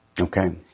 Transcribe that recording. Okay